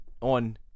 On